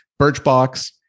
Birchbox